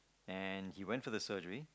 and he went for the surgery